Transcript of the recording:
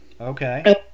Okay